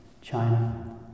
China